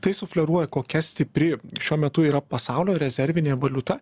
tai sufleruoja kokia stipri šiuo metu yra pasaulio rezervinė valiuta